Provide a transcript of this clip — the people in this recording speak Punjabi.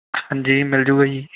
ਹਾਂਜੀ ਮਿਲ ਜੂਗਾ ਜੀ